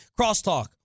Crosstalk